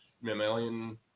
mammalian